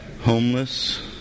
homeless